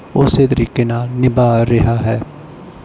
ਉਸੇ ਤਰੀਕੇ ਨਾਲ ਨਿਭਾ ਰਿਹਾ ਹੈ